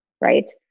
Right